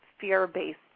fear-based